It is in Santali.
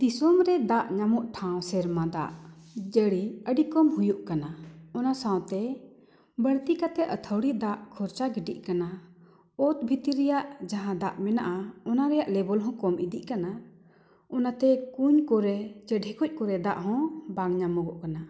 ᱫᱤᱥᱚᱢ ᱨᱮ ᱫᱟᱜ ᱧᱟᱢᱚᱜ ᱴᱷᱟᱶ ᱥᱮᱨᱢᱟ ᱫᱟᱜ ᱡᱟᱹᱲᱤ ᱟᱹᱰᱤ ᱠᱚᱢ ᱦᱩᱭᱩᱜ ᱠᱟᱱᱟ ᱚᱱᱟ ᱥᱟᱶᱛᱮ ᱵᱟᱹᱲᱛᱤ ᱠᱟᱛᱮ ᱟᱛᱷᱟᱹᱣᱲᱤ ᱫᱟᱜ ᱠᱷᱚᱨᱪᱟ ᱜᱤᱰᱤᱜ ᱠᱟᱱᱟ ᱚᱛ ᱵᱷᱤᱛᱤᱨ ᱨᱮᱱᱟᱜ ᱡᱟᱦᱟᱸ ᱫᱟᱜ ᱢᱮᱱᱟᱜᱼᱟ ᱚᱱᱟ ᱨᱮᱱᱟᱜ ᱞᱮᱵᱮᱞ ᱦᱚᱸ ᱠᱚᱢ ᱤᱫᱤᱜ ᱠᱟᱱᱟ ᱚᱱᱟᱛᱮ ᱠᱩᱧ ᱠᱚᱨᱮ ᱥᱮ ᱰᱷᱮᱠᱚᱡ ᱠᱚᱨᱮ ᱫᱟᱜ ᱦᱚᱸ ᱵᱟᱝ ᱧᱟᱢᱚᱜ ᱠᱟᱱᱟ